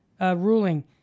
ruling